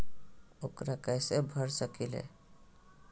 ऊकरा कैसे भर सकीले?